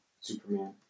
Superman